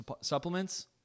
supplements